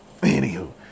anywho